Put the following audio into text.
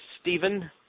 Stephen